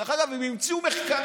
דרך ,אגב הם המציאו מחקרים,